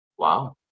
Wow